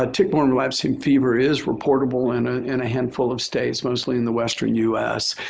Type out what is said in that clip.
ah tick-borne relapsing fever is reportable in ah and a handful of states, mostly in the western us.